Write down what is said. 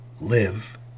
live